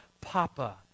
Papa